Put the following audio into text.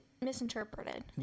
misinterpreted